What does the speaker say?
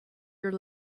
your